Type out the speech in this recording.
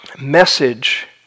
message